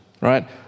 right